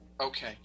Okay